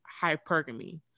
hypergamy